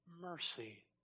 mercy